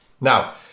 Now